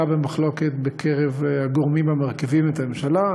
במחלוקת בקרב הגורמים המרכיבים את הממשלה.